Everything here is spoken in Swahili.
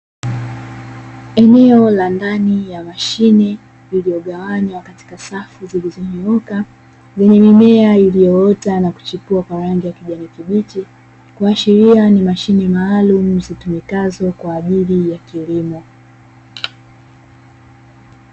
Eneo la ndani ya mashine lililogawanywa katika safu zilizonyooka, lenye mimea iliyoota na kuchipua kwa rangi ya kijani kibichi, kuashiria ni mashine maalumu zitumikazo kwa ajili ya kilimo.